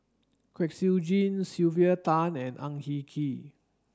Kwek Siew Jin Sylvia Tan and Ang Hin Kee